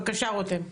בקשה, רותם.